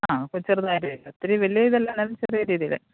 അ അപ്പം ചെറുതായി ഇതിൽ ഒത്തിരി വലിയ ഇതല്ല എന്നാലും ചെറിയ രീതീയിൽ